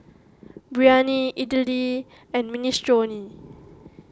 Biryani Idili and Minestrone